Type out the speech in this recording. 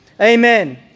Amen